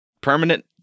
permanent